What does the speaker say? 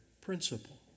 principle